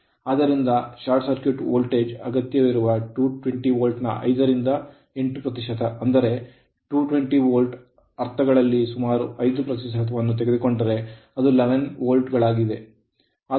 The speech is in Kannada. ಆದ್ದರಿಂದ ಶಾರ್ಟ್ ಸರ್ಕ್ಯೂಟ್ ವೋಲ್ಟೇಜ್ ಅಗತ್ಯವಿರುವ 220 ವೋಲ್ಟ್ ನ 5 ರಿಂದ 8 ಪ್ರತಿಶತ ಅಂದರೆ ನಾವು 220 ವೋಲ್ಟ್ ಅರ್ಥಗಳಲ್ಲಿ ಸುಮಾರು 5 ಪ್ರತಿಶತವನ್ನು ತೆಗೆದುಕೊಂಡರೆ ಅದು 11 ವೋಲ್ಟ್ ಗಳಾಗಲಿದೆ